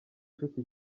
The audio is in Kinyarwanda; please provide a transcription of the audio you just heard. afite